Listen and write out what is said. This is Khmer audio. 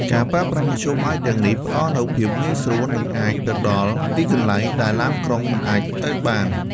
ការប្រើប្រាស់មធ្យោបាយទាំងនេះផ្តល់នូវភាពងាយស្រួល និងអាចទៅដល់ទីកន្លែងដែលឡានក្រុងមិនអាចទៅបាន។